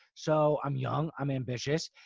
so i'm young, i'm ambitious.